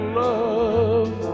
love